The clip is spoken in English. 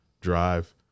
drive